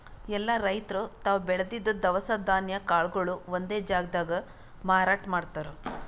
ಎಲ್ಲಾ ರೈತರ್ ತಾವ್ ಬೆಳದಿದ್ದ್ ದವಸ ಧಾನ್ಯ ಕಾಳ್ಗೊಳು ಒಂದೇ ಜಾಗ್ದಾಗ್ ಮಾರಾಟ್ ಮಾಡ್ತಾರ್